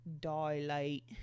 dilate